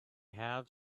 have